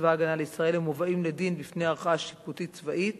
צבא-הגנה לישראל המובאים לדין בפני ערכאה שיפוטית צבאית